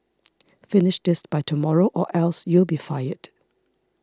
finish this by tomorrow or else you'll be fired